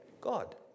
God